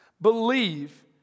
believe